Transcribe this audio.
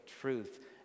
truth